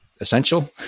essential